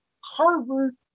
Harvard